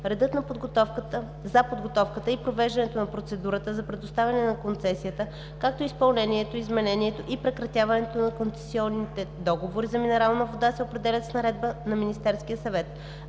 Редът за подготовката и провеждането на процедурата за предоставяне на концесията, както и за изпълнението, изменението и прекратяването на концесионните договори за минерална вода се определят с наредба на Министерския съвет.